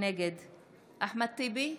נגד אחמד טיבי,